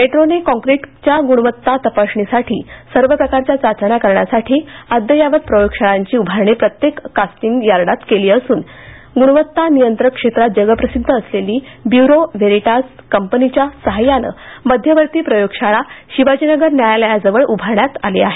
मेट्रोने काँक्रिटच्या गुणवत्ता तपासणीसाठी सर्व प्रकारच्या चाचण्या करण्यासाठी अद्ययावत प्रयोगशाळांची उभारणी प्रत्येक कास्टिंग यार्डात केली असून गुणवत्ता नियंत्रण क्षेत्रात जगप्रसिद्ध असलेली ब्युरो व्हेरिटास कंपनीच्या साहाय्यानं मध्यवर्ती प्रयोगशाळा शिवाजीनगर न्यायालयाजवळ उभारण्यात आली आहे